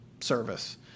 service